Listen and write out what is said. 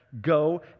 go